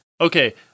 Okay